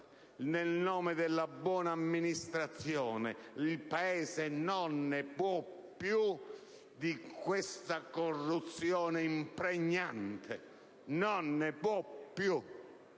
nel nome della buona amministrazione. Il Paese non ne può più di questa corruzione impregnante! Non ne può più!